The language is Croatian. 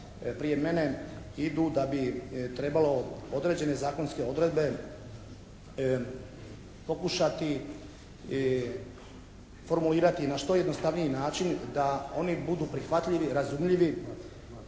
prije mene idu da bi trebalo određene zakonske odredbe pokušati formulirati na što jednostavniji način. Da oni budu prihvatljivi i razumljivi